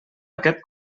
aquest